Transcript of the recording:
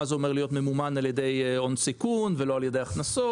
מה זה אומר להיות ממומן על ידי הון סיכון ולא על ידי הכנסות